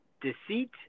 deceit